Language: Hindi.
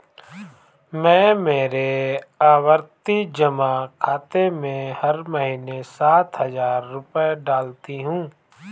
मैं मेरे आवर्ती जमा खाते में हर महीने सात हजार रुपए डालती हूँ